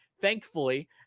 Thankfully